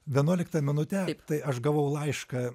vienuolikta minute tai aš gavau laišką